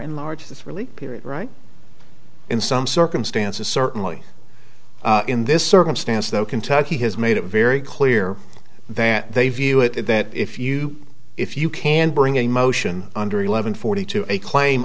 enlarge this really period right in some circumstances certainly in this circumstance though kentucky has made it very clear that they view it that if you if you can bring a motion under eleven forty two a claim